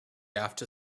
after